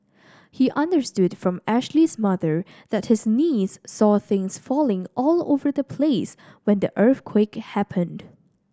he understood from Ashley's mother that his niece saw things falling all over the place when the earthquake happened